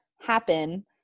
happen